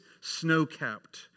snow-capped